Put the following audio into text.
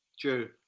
true